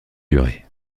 durée